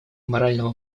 морального